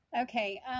Okay